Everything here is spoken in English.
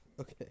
Okay